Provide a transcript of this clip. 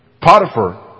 Potiphar